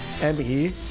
M-E